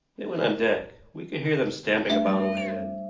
they went on deck, we could hear them stamping about overhead.